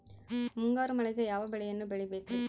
ಮುಂಗಾರು ಮಳೆಗೆ ಯಾವ ಬೆಳೆಯನ್ನು ಬೆಳಿಬೇಕ್ರಿ?